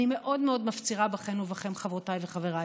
אני מאוד מאוד מפצירה בכם ובכן, חברותיי וחבריי,